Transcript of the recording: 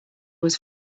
was